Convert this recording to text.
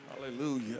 Hallelujah